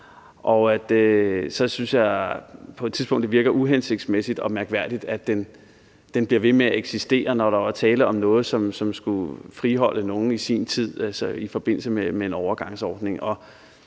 virker uhensigtsmæssigt og mærkværdigt, at den bliver ved med at eksistere, når der var tale om noget, som i sin tid skulle friholde nogen i forbindelse med en overgangsordning.